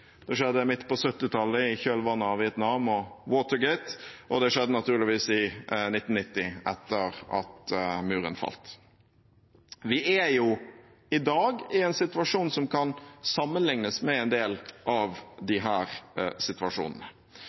det skjedde midt på 1970-tallet i kjølvannet av Vietnam og Watergate, og det skjedde naturligvis i 1990, etter at muren falt. Vi er i dag i en situasjon som kan sammenlignes med en del av disse situasjonene,